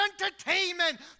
entertainment